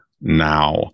now